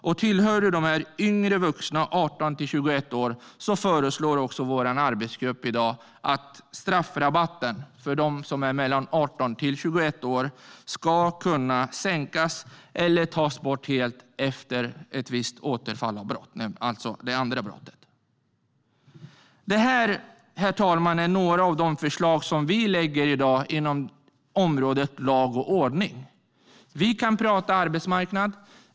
För de yngre vuxna i åldern 18-21 år föreslår vår arbetsgrupp att straffrabatten ska kunna sänkas eller helt tas bort efter återfall i brott, alltså det andra brottet. Det här, herr talman, är några av de förslag som vi lägger fram i dag på området lag och ordning. Vi kan prata arbetsmarknad.